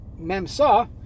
memsa